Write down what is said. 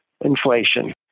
inflation